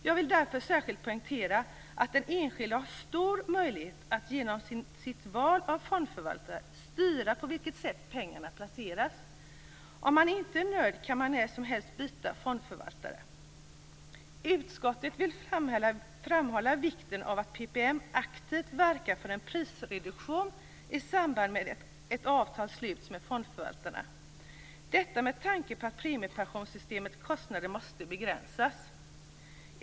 Jag vill därför särskilt poängtera att den enskilda har stor möjlighet att genom sitt val av fondförvaltare styra på vilket sätt pengarna placeras. Om man inte är nöjd kan man när som helst byta fondförvaltare. Utskottet vid framhålla vikten av att PPM aktivt verkar för en prisreduktion i samband med att ett avtal sluts med fondförvaltarna - detta med tanke på att premiepensionssystemets kostnader måste begränsas.